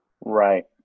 Right